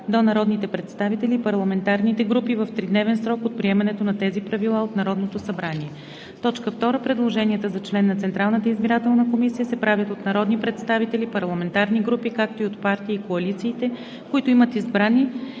до народните представители и парламентарните групи в 3-дневен срок от приемането на тези правила от Народното събрание. 2. Предложенията за член на Централната избирателна комисия се правят от народни представители, парламентарни групи, както и от партии и коалиции, които имат избрани